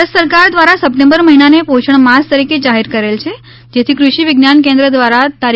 ભારત સરકાર દ્વારા સપ્ટેમ્બર મહિનાને પોષણ માસ તરીકે જાહેર કરેલ છે જેથી કુષિ વિજ્ઞાન કેંદ્ર દ્વારા તા